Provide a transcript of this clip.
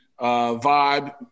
vibe